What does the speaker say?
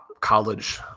college